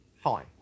Fine